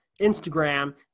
Instagram